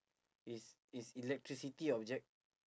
is is electricity object